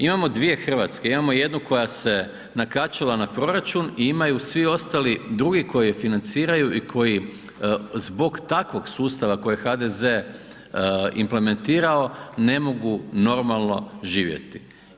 Imamo dvije Hrvatske, imamo jednu koja se nakačila na proračun i imaju svi ostali drugi koji ju financiraju i koji zbog takvog sustava koji je HDZ implementirao ne mogu normalno živjeti.